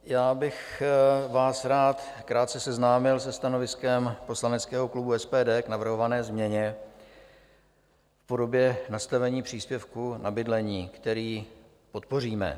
Já bych vás rád krátce seznámil se stanoviskem poslaneckého klubu SPD k navrhované změně v podobě nastavení příspěvku na bydlení, který podpoříme.